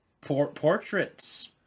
portraits